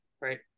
right